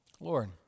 Lord